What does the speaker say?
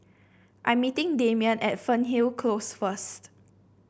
I'm meeting Damion at Fernhill Close first